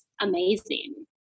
amazing